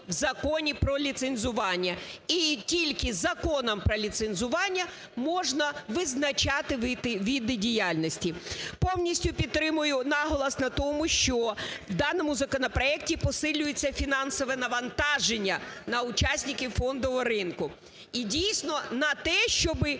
в Законі про ліцензування. І тільки Законом про ліцензування можна визначати види діяльності. Повністю підтримую наголос на тому, що в даному законопроекті посилюється фінансове навантаження на учасників фондового ринку і, дійсно, на те, щоб